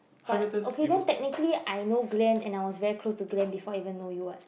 but okay then technically I know Glen and I was very close to Glen before even know you [what]